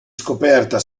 scoperta